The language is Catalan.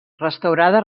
restaurada